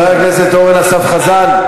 חבר הכנסת אורן אסף חזן.